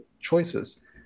choices